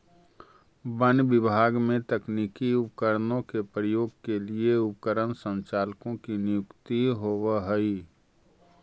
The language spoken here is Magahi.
वन विभाग में तकनीकी उपकरणों के प्रयोग के लिए उपकरण संचालकों की नियुक्ति होवअ हई